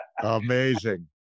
Amazing